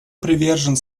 привержен